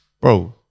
Bro